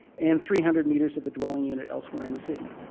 and three hundred metres of a dwelling unit elsewhere in the city.